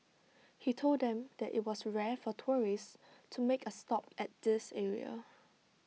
he told them that IT was rare for tourists to make A stop at this area